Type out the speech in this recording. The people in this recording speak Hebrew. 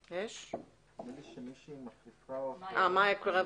מישהי מחליפה אותו.